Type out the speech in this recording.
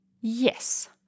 Yes